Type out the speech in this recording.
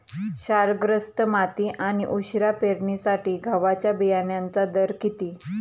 क्षारग्रस्त माती आणि उशिरा पेरणीसाठी गव्हाच्या बियाण्यांचा दर किती?